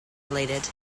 related